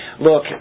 Look